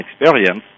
experience